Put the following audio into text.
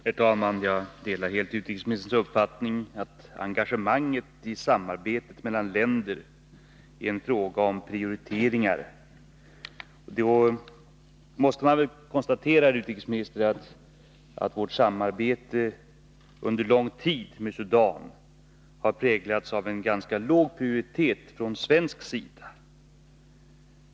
Herr talman! Jag delar helt utrikesministerns uppfattning att engagemangetisamarbetet mellan länder är en fråga om prioriteringar. Då måste man väl konstatera, herr utrikesminister, att samarbetet med Sudan under lång tid har präglats av en ganska låg prioritet från svensk sida.